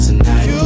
tonight